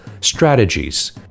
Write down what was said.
strategies